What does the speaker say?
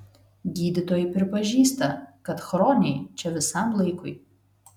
gydytojai pripažįsta kad chroniai čia visam laikui